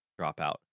dropout